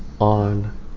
on